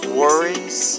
worries